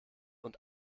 und